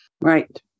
Right